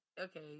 Okay